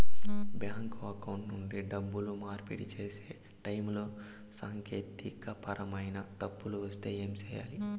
bank account నుండి డబ్బులు మార్పిడి సేసే టైములో సాంకేతికపరమైన తప్పులు వస్తే ఏమి సేయాలి